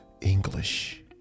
English